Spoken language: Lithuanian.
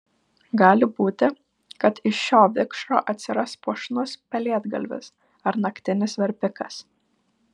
gali būti kad iš šio vikšro atsiras puošnus pelėdgalvis ar naktinis verpikas